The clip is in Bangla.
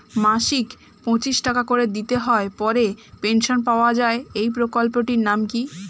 মাসিক পঁচিশ টাকা করে দিতে হয় পরে পেনশন পাওয়া যায় এই প্রকল্পে টির নাম কি?